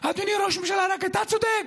זה פוליטיקה זולה.